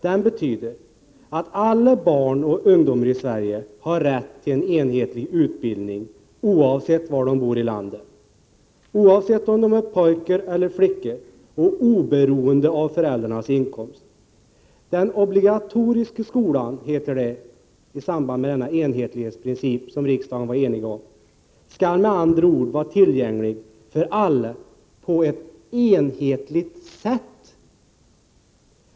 Den betyder att alla barn och ungdomar i Sverige har rätt till en enhetlig utbildning, oavsett var de bor i landet, oavsett om de är pojkar eller flickor och oberoende av föräldrarnas inkomst. Den obligatoriska skolan, heter det i samband med denna enhetlighetsprincip som riksdagen var enig om, skall med andra ord vara tillgänglig för alla på ett enhetligt sätt.